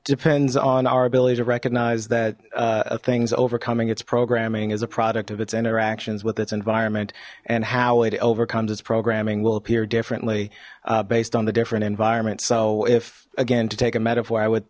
depends on our ability to recognize that things overcoming its programming is a product of its interactions with its environment and how it overcomes its programming will appear differently based on the different environments so if again to take a metaphor i would